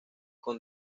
con